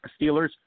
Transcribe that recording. Steelers